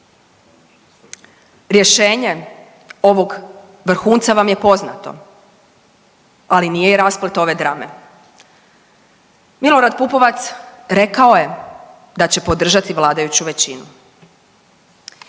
Rješenje ovog vrhunca vam je poznato, ali nije i rasplet ove drame. Milorad Pupovac rekao je da će podržati vladajuću većinu.